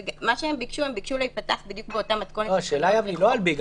והם ביקשו להיפתח בדיוק באותה מתכונת --- השאלה היא לא על ביג.